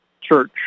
church